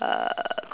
uh